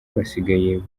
basigaye